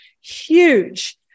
huge